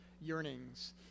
yearnings